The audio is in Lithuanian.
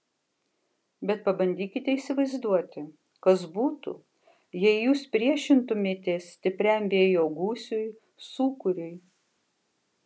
bet pabandykite įsivaizduoti kas būtų jei jūs priešintumėtės stipriam vėjo gūsiui sūkuriui